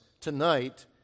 tonight